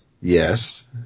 Yes